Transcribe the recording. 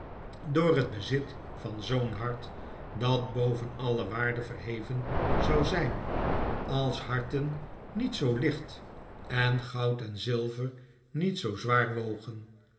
door het bezit van zoo'n hart dat boven alle waarde verheven zou zijn als harten niet zoo licht en goud en zilver niet zoo zwaar wogen